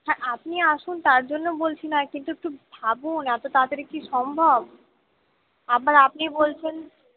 হ্যাঁ আপনি আসুন তার জন্য বলছি না কিন্তু একটু ভাবুন এত তাড়াতাড়ি কি সম্ভব আবার আপনি বলছেন